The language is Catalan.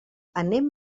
anem